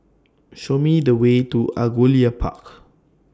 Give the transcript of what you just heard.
Show Me The Way to Angullia Park